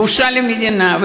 בושה למדינה.